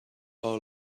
all